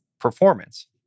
performance